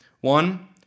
One